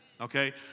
Okay